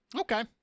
Okay